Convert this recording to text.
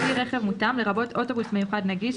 "כלי רכב מותאם" לרבות אוטובוס מיוחד נגיש,